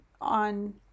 on